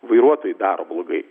vairuotojai daro blogai